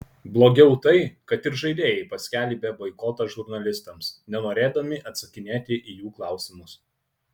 blogiau tai kad ir žaidėjai paskelbė boikotą žurnalistams nenorėdami atsakinėti į jų klausimus